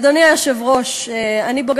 אדוני, תודה רבה,